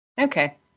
Okay